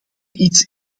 iets